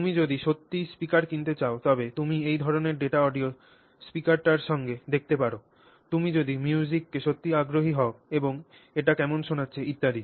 তুমি যদি সত্যিই স্পিকার কিনতে চাও তবে তুমি এই ধরণের ডেটা অডিও স্পিকারটির সঙ্গে দেখতে পার তুমি যদি মিউজিকে সত্যই আগ্রহী হও এবং এটি কেমন শোনাচ্ছে ইত্যাদি